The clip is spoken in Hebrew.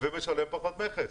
ומשלם פחות מכס,